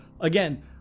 again